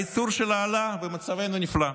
הייצור שלה עלה ומצבנו נפלא.